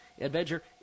Adventure